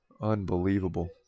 Unbelievable